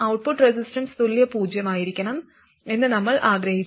output resistance തുല്യ പൂജ്യമായിരിക്കണമെന്ന് നമ്മൾ ആഗ്രഹിച്ചു